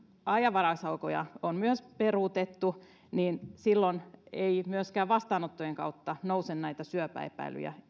ajanvarausaikoja on myös peruutettu niin silloin ei myöskään vastaanottojen kautta nouse näitä syöpäepäilyjä